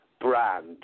brand